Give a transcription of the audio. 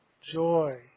joy